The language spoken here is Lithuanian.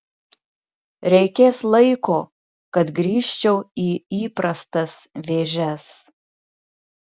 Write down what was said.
reikės laiko kad grįžčiau į įprastas vėžes